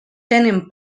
tenen